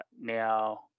Now